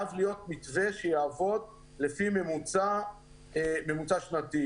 מתווה שיעבוד לפי ממוצע שנתי.